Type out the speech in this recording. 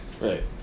Right